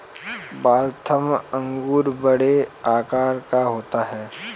Waltham अंगूर बड़े आकार का होता है